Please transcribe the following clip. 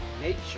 nature